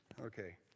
Okay